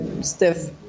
stiff